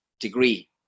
degree